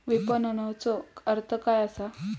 विपणनचो अर्थ काय असा?